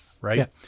Right